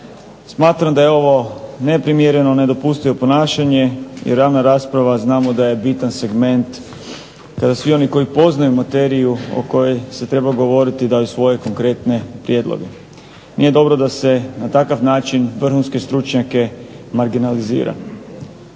Smatram da je ovo neprimjereno, nedopustivo ponašanje jer javna rasprava znamo da je bitan segment kada svi oni koji poznaju materiju o kojoj se treba govoriti daju svoje konkretne prijedloge. Nije dobro da se na takav način vrhunske stručnjake marginalizira.